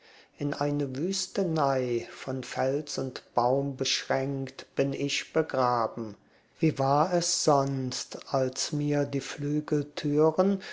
in eine wüstenei von fels und baum beschränkt bin ich begraben wie war es sonst als mir die flügeltüren